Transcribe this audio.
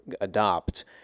adopt